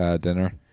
dinner